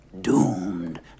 doomed